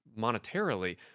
monetarily